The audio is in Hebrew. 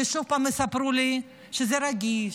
ועוד פעם יספרו לי שזה רגיש,